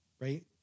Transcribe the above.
right